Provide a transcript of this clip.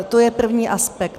To je první aspekt.